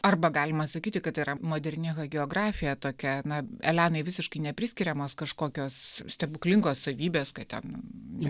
arba galima sakyti kad tai yra moderni hagiografija tokia na elenai visiškai nepriskiriamos kažkokios stebuklingos savybės kad ten